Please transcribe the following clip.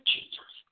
Jesus